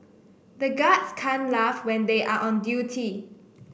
the guards can't laugh when they are on duty